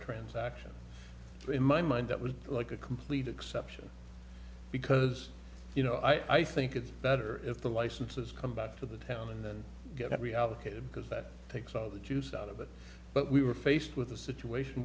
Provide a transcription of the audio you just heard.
transaction in my mind that was like a complete exception because you know i think it's better if the licenses come back to the town and then get reallocated because that takes all the juice out of it but we were faced with a situation